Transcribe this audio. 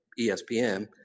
ESPN